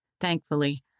Thankfully